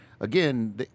again